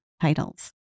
titles